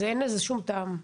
אין לזה שום טעם.